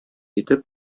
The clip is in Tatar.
итеп